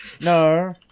No